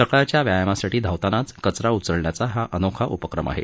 सकाळच्या व्यायामासाठी धावतानाच कचरा उचलण्याचा हा अनोखा उपक्रम आहे